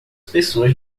pessoas